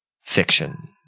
Fiction